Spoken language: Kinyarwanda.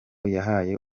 yahaye